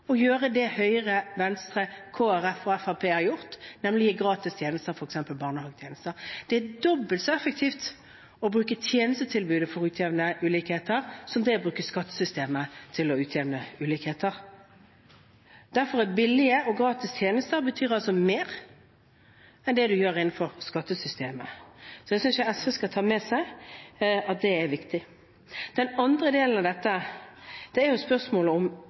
å gjøre det Høyre, Venstre, Kristelig Folkeparti og Fremskrittspartiet har gjort, nemlig å gi gratis tjenester, f.eks. barnehagetjenester. Det er dobbelt så effektivt å bruke tjenestetilbudet til å utjevne ulikheter som det er å bruke skattesystemet til å utjevne ulikheter. Derfor betyr billige og gratis tjenester mer enn det man gjør innenfor skattesystemet. Jeg synes SV skal ta med seg at det er viktig. Den andre delen av dette er spørsmålet om